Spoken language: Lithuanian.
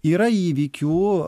yra įvykių